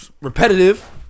repetitive